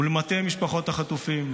למטה משפחות החטופים,